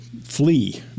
Flee